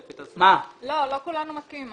לא, לא כולנו מסכימים.